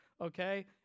Okay